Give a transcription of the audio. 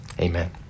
Amen